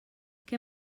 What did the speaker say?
què